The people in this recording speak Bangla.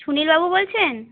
সুনীলবাবু বলছেন